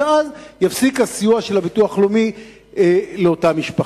אז ייפסק הסיוע של הביטוח הלאומי לאותה משפחה.